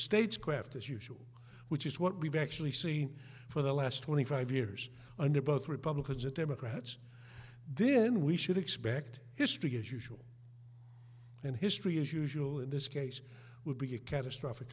states craft as usual which is what we've actually seen for the last twenty five years under both republicans and democrats then we should expect history as usual and history as usual in this case would be a catastrophic